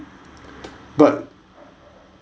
but